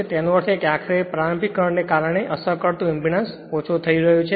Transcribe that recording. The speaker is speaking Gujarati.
તેનો અર્થ એ કે આખરે પ્રારંભિક કરંટ ને કારણે અસર કરતો ઇંપેડન્સ ઓછો થઈ રહ્યું છે